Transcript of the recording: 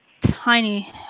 tiny